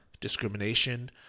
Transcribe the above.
discrimination